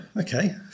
Okay